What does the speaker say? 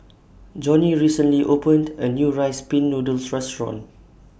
Jonnie recently opened A New Rice Pin Noodles Restaurant